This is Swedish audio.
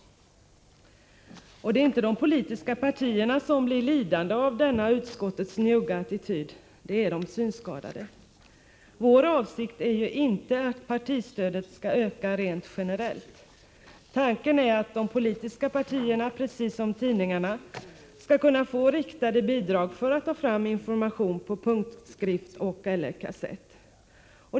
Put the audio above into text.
Det är inte de politiska partierna som blir lidande av denna utskottets njugga attityd, det är de synskadade. Vår avsikt är ju inte att partistödet skall öka generellt. Tanken är att de politiska partierna, precis som tidningarna, skall kunna få riktade bidrag för att ta fram information på punktskrift och/eller kassett.